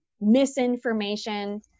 misinformation